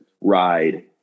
ride